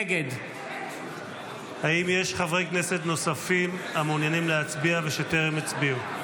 נגד האם יש חברי כנסת נוספים המעוניינים להצביע ושטרם הצביעו?